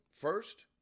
first